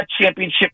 championship